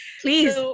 Please